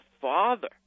father